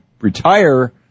retire